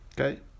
Okay